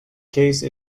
case